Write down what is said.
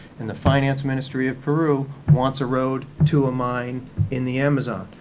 and the finance ministry of peru wants a road to a mine in the amazon.